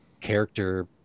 character